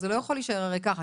זה לא יכול הרי להישאר ככה,